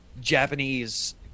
Japanese